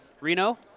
Reno